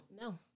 No